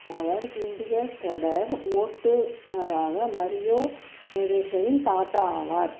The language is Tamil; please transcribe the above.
அவர் ஹிண்டிகர் தொடர் ஓட்டுநராக மரியோ மோரேஸின் தாத்தா ஆவார்